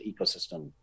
ecosystem